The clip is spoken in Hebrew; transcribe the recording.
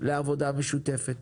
לעבודה משותפת.